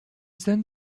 then